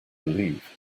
believe